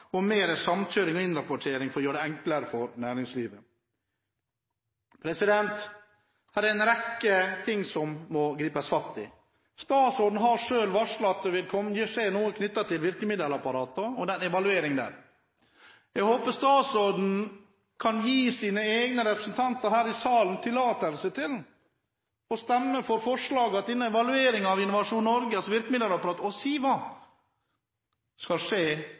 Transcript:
på mer samkjøring og innrapportering for å gjøre det enklere for næringslivet. Her er en rekke ting som det må gripes fatt i. Statsråden har selv varslet at det vil skje noe i forbindelse med virkemiddelapparatet og evalueringen der. Jeg håper statsråden kan gi regjeringspartienes representanter her i salen tillatelse til å stemme for forslaget om at evalueringen av Innovasjon Norge – altså virkemiddelapparatet – og SIVA skal skje